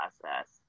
process